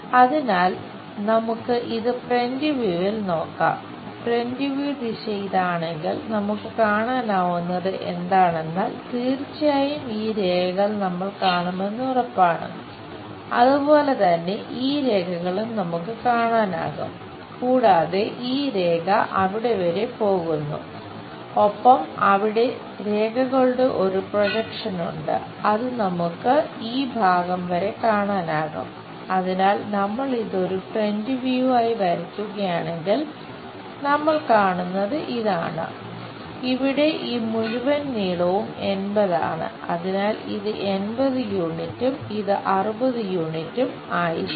അതിനാൽ നമുക്ക് ഇത് ഫ്രന്റ് വ്യൂവിൽ ആയിരിക്കും